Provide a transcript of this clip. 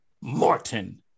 Morton